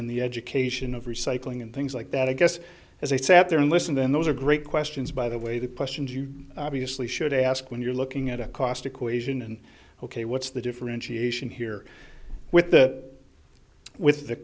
in the education of recycling and things like that i guess as i sat there and listened then those are great questions by the way the questions you obviously should ask when you're looking at a cost equation and ok what's the differentiation here with that with the